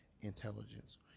intelligence